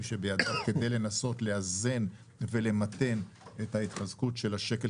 שבידיו כדי לנסות לאזן ולמתן את ההתחזקות של השקל